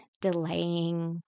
delaying